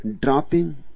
dropping